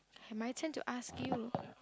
my turn to ask you